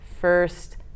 first